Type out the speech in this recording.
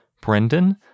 Brendan